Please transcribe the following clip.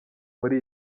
muri